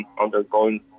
undergoing